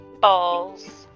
Balls